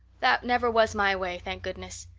that never was my way, thank goodness.